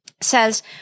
says